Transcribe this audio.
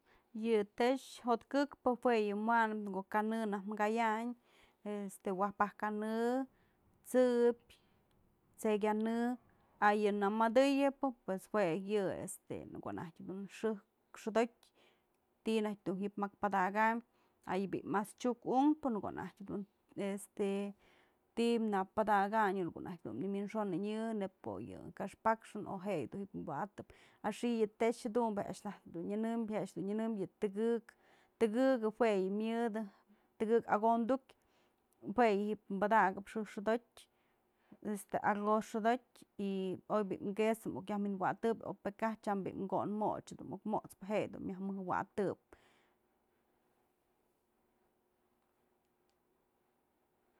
Yë tex jo'ot këkpë jue yë wanëp në ko'o kanë najk kayanyë este waj pak ka'anë, t'sëpyë, t'se'ey ka'anë a yë namëdëyëbë pues jue yë este në ko'o najtyë xëjk xodotyë ti'i najtyë dun j'ibë jak padakanbë, a yë bi'i mas chyuk unkpë në ko'o najk dun este ti'i në padakanyë në ko'o najk nëwi'inxonënyë. nëp ko'o yë kaxpaxën o je yë dun ji'i wa'atëp, a xi'i yë tex jadumbë je'e a'ax nak dun nyënëmbyë a'ax nyënëmbyë yë tëkëk, tëkëk jue yë myëdë, tëkëk akondukyë jue yë ji'ibë padakëp xëjk xodotyë, este arroz xodotyë y oy bi'i queso muk yaj wi'inwatëbyë o pë kaj tyam bi'i ko'on moch, muk mot'spë jedun bi'i myëj mëwatëp.